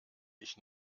ich